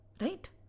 right